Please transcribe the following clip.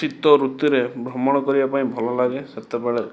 ଶୀତ ଋତୁରେ ଭ୍ରମଣ କରିବା ପାଇଁ ଭଲ ଲାଗେ ସେତେବେଳେ